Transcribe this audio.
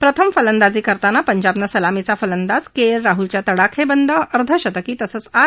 प्रथम फलंदाजी करताना पंजाबनं सलामीचा फलंदाज के एल राह्लच्या तडाखेबंद अर्धशतकी तसंच आर